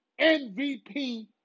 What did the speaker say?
MVP